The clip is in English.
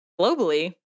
Globally